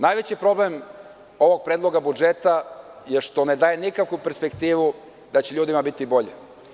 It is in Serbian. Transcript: Najveći problem ovog Predloga budžeta je što ne daje nikakvu perspektivu da će ljudima biti bolje.